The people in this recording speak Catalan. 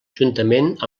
juntament